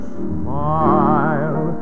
smile